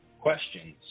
questions